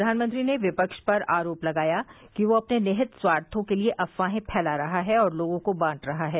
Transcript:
प्रधानमंत्री ने विपक्ष पर आरोप लगाया कि वह अपने निहित स्वार्थों के लिए अफवाहें फैला रहा है और लोगों को बांट रहा है